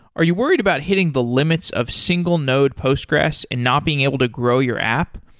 are you worried about hitting the limits of single node postgressql and not being able to grow your app,